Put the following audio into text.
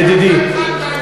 ידידי,